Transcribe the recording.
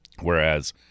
whereas